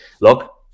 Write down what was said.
look